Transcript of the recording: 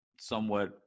somewhat